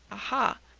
aha!